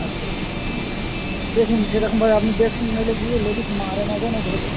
আচ্ছা দেখুন সেরকমভাবে আপনি দেখুন নইলে দিয়ে লেডি স মারে না যেন ধরে